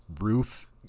roof